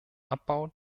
abbau